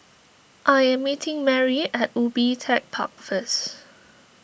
I am meeting Merry at Ubi Tech Park first